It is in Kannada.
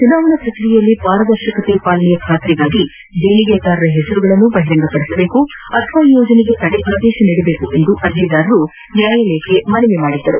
ಚುನಾವಣಾ ಪ್ರಕ್ರಿಯೆಯಲ್ಲಿ ಪಾರದರ್ಶಕತೆ ಪಾಲನೆಯ ಖಾತರಿಗಾಗಿ ದೇಣಿಗೆದಾರರ ಹೆಸರುಗಳನ್ನು ಬಹಿರಂಗಪಡಿಸಭೇಕು ಅಥವಾ ಈ ಯೋಜನೆಗೆ ತಡೆ ಆದೇಶ ನೀಡಬೇಕು ಎಂದು ಅರ್ಜಿದಾರರು ನ್ಯಾಯಾಲಯಕ್ಕೆ ಮನವಿ ಮಾಡಿದ್ದರು